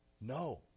No